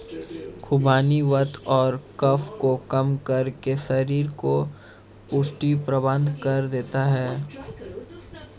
खुबानी वात और कफ को कम करके शरीर को पुष्टि प्रदान करता है